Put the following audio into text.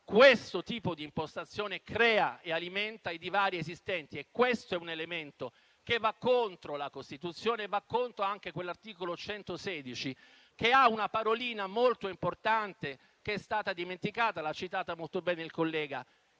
questo tipo di impostazione crea e alimenta i divari esistenti. È un elemento che va contro la Costituzione e va contro l'articolo 116, che ha una parolina molto importante, che è stata dimenticata - l'ha citata molto bene il collega